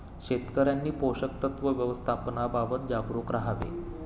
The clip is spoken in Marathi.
शेतकऱ्यांनी पोषक तत्व व्यवस्थापनाबाबत जागरूक राहावे